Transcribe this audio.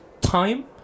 time